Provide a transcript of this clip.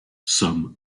some